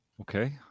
Okay